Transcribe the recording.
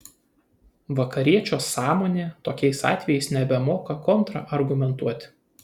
vakariečio sąmonė tokiais atvejais nebemoka kontrargumentuoti